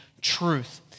truth